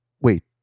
Wait